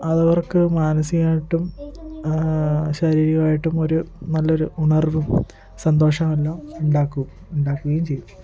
അത് അവർക്ക് മാനസികമായിട്ടും ശാരീരികമായിട്ടും ഒര് നല്ലൊരു ഉണർവ്വും സന്തോഷമെല്ലാം ഉണ്ടാക്കും ഉണ്ടാക്കുകയും ചെയ്യും